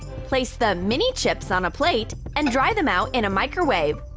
place the mini-chips on a plate. and dry them out in a microwave.